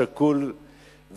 שקול,